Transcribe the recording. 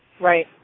Right